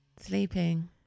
sleeping